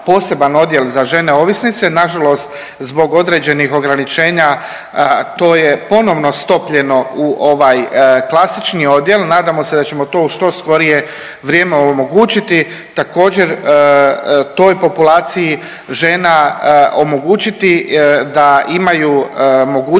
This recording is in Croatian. poseban odjel za žene ovisnice, nažalost zbog određenih ograničenja to je ponovno stopljeno u klasični odjel. Nadamo se da ćemo to u što skorije vrijeme omogućiti, također toj populaciji žena omogućiti da imaju mogućnost